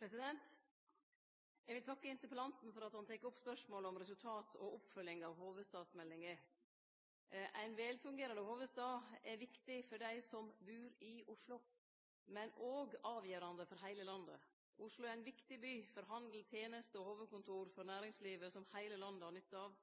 Norge. Eg vil takke interpellanten for at han tek opp spørsmålet om resultat og oppfølging av hovudstadsmeldinga. Ein velfungerande hovudstad er viktig for dei som bur i Oslo, men òg avgjerande for heile landet. Oslo er ein viktig by for handel, tenester og hovudkontor for næringslivet, som heile landet har nytte av.